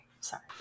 Sorry